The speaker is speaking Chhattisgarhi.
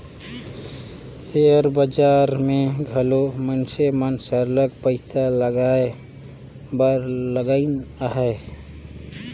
सेयर बजार में घलो मइनसे मन सरलग पइसा लगाए बर लगिन अहें